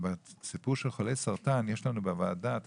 בסיפור של חולי סרטן דיברנו בוועדה על